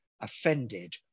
offended